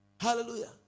Hallelujah